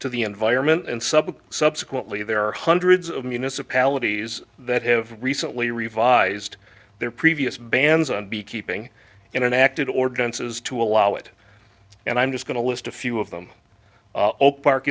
to the environment and subject subsequently there are hundreds of municipalities that have recently revised their previous bans on beekeeping in an active ordinances to allow it and i'm just going to list a few of them oh park